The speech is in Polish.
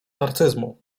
narcyzmu